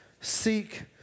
Seek